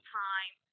time